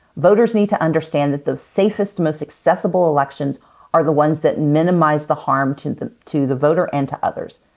voters need to understand that the safest, most accessible elections are the ones that minimize the harm to the to the voter and to others.